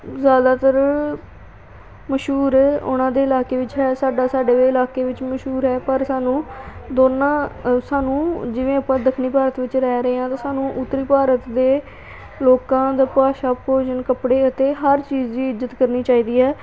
ਜ਼ਿਆਦਾਤਰ ਮਸ਼ਹੂਰ ਉਹਨਾਂ ਦੇ ਇਲਾਕੇ ਵਿੱਚ ਹੈ ਸਾਡਾ ਸਾਡੇ ਇਲਾਕੇ ਵਿੱਚ ਮਸ਼ਹੂਰ ਹੈ ਪਰ ਸਾਨੂੰ ਦੋਨਾਂ ਸਾਨੂੰ ਜਿਵੇਂ ਆਪਾਂ ਦੱਖਣੀ ਭਾਰਤ ਵਿੱਚ ਰਹਿ ਰਹੇ ਹਾਂ ਤਾਂ ਸਾਨੂੰ ਉੱਤਰੀ ਭਾਰਤ ਦੇ ਲੋਕਾਂ ਦਾ ਭਾਸ਼ਾ ਭੋਜਨ ਕੱਪੜੇ ਅਤੇ ਹਰ ਚੀਜ਼ ਦੀ ਇੱਜ਼ਤ ਕਰਨੀ ਚਾਹੀਦੀ ਹੈ